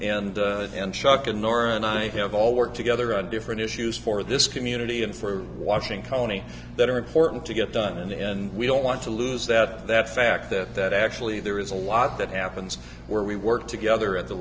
nora and i have all worked together on different issues for this community and for watching tony that are important to get done and we don't want to lose that that fact that that actually there is a lot that happens where we work together in the